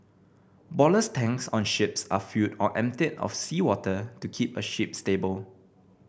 ballast tanks on ships are filled or emptied of seawater to keep a ship stable